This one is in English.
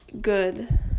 good